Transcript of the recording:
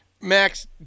Max